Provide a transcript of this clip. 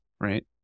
right